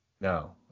No